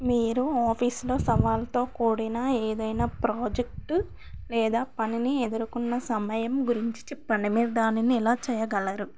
మీరు ఆఫీసులో సవాలుతో కూడిన ఏదైనా ప్రాజెక్టు లేదా పనిని ఎదుర్కొన్న సమయం గురించి చెప్పండి మీరు దానిని ఎలా చేయగలరు